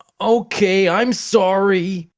okay, i'm sorry.